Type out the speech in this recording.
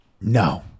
No